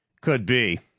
could be,